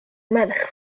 merch